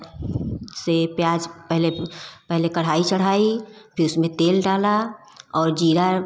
से प्याज पहले पहले कढ़ाई चढ़ाई फिर उसमें तेल डाला और जीरा